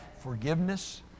forgiveness